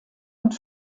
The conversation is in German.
und